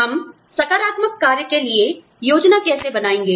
हम सकारात्मक कार्य के लिए योजना कैसे बनाएँगे